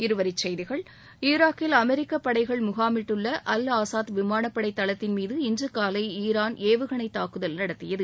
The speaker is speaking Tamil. இருவரி செய்திகள் ஈராக்கில் அமெிக்க படைகள் முகாமிட்டுள்ள அல் ஆசாத் விமானப்படை தளத்தின்மீது இன்றுகாலை ஈரான் ஏவுகணை தாக்குதல் நடத்தியது